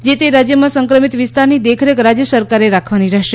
જે તે રાજયમાં સંક્રમિત વિસ્તારની દેખરેખ રાજય સરકારે રાખવાની રહેશે